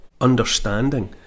understanding